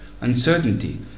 uncertainty